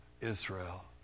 Israel